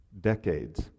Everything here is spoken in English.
decades